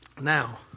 Now